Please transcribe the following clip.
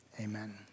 Amen